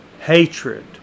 hatred